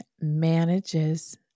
manages